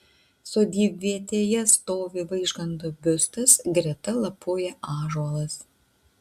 sodybvietėje stovi vaižganto biustas greta lapoja ąžuolas